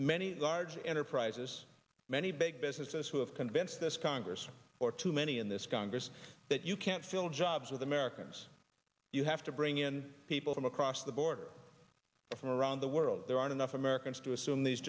many large enterprises many big businesses who have convinced this congress for too many in this congress that you can't fill jobs with americans you have to bring in people from across the border from around the world there aren't enough americans to assume these